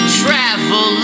travel